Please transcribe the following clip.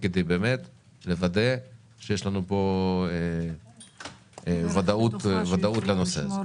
כדי באמת לוודא שיש לנו פה ודאות לנושא הזה.